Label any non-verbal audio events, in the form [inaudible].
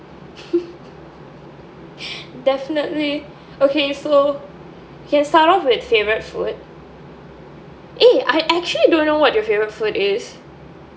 [laughs] definitely okay so can start off with favourite food eh I actually don't know what your favourite food is